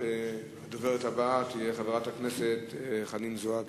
הדוברת הבאה תהיה חברת הכנסת חנין זועבי.